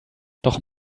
doch